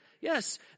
Yes